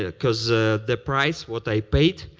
ah because ah the price, what i paid,